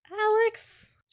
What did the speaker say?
Alex